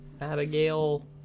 Abigail